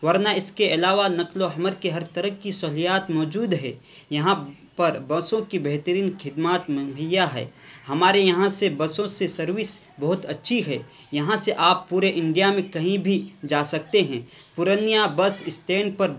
ورنہ اس کے علاوہ نقل و حمل کے ہر طرح کی سہولیات موجود ہے یہاں پر بسوں کی بہترین خدمات مہیا ہے ہمارے یہاں سے بسوں سے سروس بہت اچھی ہے یہاں سے آپ پورے انڈیا میں کہیں بھی جا سکتے ہیں پورنیہ بس اسٹین پر